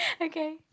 Okay